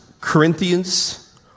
Corinthians